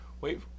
wait